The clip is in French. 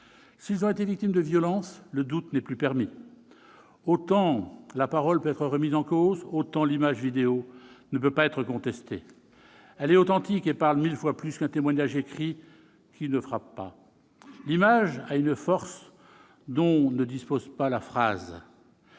S'ils ont été victimes de violences, le doute n'est plus permis. Autant la parole peut être remise en cause, autant l'image vidéo ne peut pas être contestée. Elle est authentique et parle mille fois plus qu'un témoignage écrit, qui ne frappe pas. L'image a une force dont ne dispose pas la phrase.